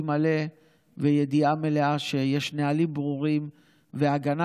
מלא וידיעה מלאה שיש נהלים ברורים והגנה,